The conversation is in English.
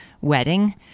wedding